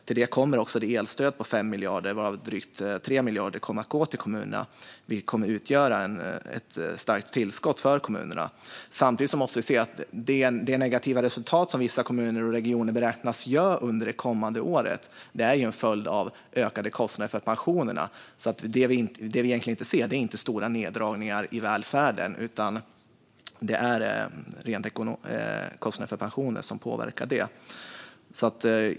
Till det kommer elstödet på 5 miljarder, varav drygt 3 miljarder kommer att gå till kommunerna. Det kommer att utgöra ett starkt tillskott för kommunerna. Samtidigt måste vi se att det negativa resultat som vissa kommuner och regioner beräknas göra under det kommande året är en följd av ökade kostnader för pensionerna, så det vi ser är egentligen inte stora neddragningar i välfärden. Det är kostnader för pensioner som påverkar det.